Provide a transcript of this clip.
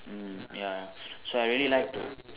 mm ya so I really like to